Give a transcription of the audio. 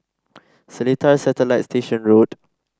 Seletar Satellite Station Road